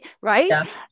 Right